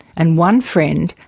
and one friend,